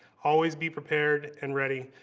always be prepared and ready,